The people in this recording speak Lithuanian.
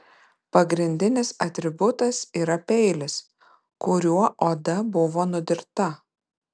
pagrindinis atributas yra peilis kuriuo oda buvo nudirta